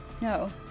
No